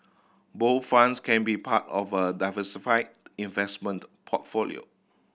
bond funds can be part of a diversified investment portfolio